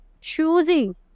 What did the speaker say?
choosing